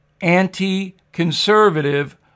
anti-conservative